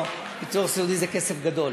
ביטוח סיעודי זה כסף גדול.